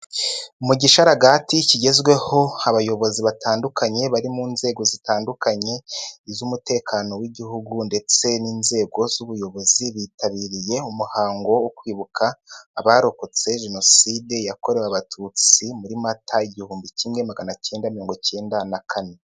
Mu gisharagati kigezweho, abayobozi batandukanye bari mu nzego zitandukanye: iz'umutekano w'Igihugu ndetse n'inzego z'ubuyobozi. Bitabiriye umuhango wo kwibuka abarokotse Jenoside yakorewe Abatutsi muri Mata, igihumbi kimwe magana kenda mirongo kenda na kane.